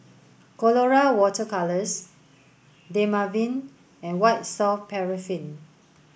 Colora water colours Dermaveen and White soft paraffin